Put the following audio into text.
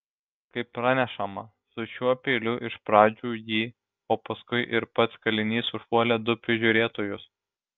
kaip pranešama su šiuo peiliu iš pradžių ji o paskui ir pats kalinys užpuolė du prižiūrėtojus